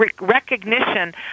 recognition